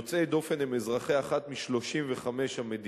יוצאי דופן הם אזרחי אחת מ-35 המדינות,